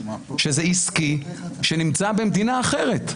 שזה עסקי, שנמצא במדינה אחרת.